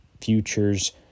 futures